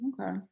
Okay